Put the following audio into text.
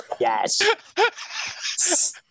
Yes